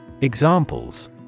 Examples